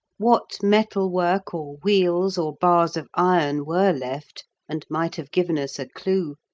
what metal-work or wheels or bars of iron were left, and might have given us a clue,